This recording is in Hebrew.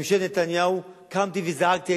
ממשלת נתניהו, קמתי וזעקתי.